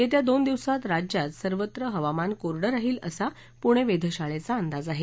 येत्या दोन दिवसात राज्यात सर्वत्र हवामान कोरडं राहील असा पुणे वेधशाळेचा अंदाज आहे